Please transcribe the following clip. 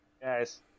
guys